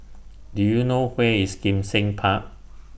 Do YOU know Where IS Kim Seng Park